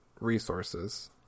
resources